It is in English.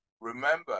remember